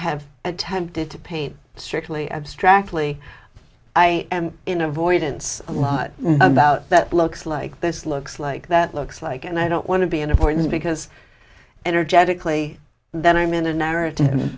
have attempted to paint strictly abstractly i am in avoidance a lot about that looks like this looks like that looks like and i don't want to be an important because energetically that i'm in a narrative